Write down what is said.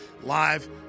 live